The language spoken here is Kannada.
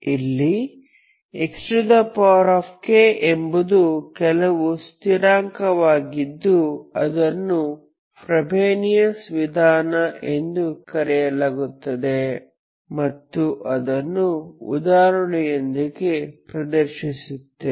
ಇಲ್ಲಿ xk ಎಂಬುದು ಕೆಲವು ಸ್ಥಿರಾಂಕವಾಗಿದ್ದು ಅದನ್ನು ಫ್ರೋಬೆನಿಯಸ್ ವಿಧಾನ ಎಂದು ಕರೆಯಲಾಗುತ್ತದೆ ಮತ್ತು ಅದನ್ನು ಉದಾಹರಣೆಯೊಂದಿಗೆ ಪ್ರದರ್ಶಿಸುತ್ತೇವೆ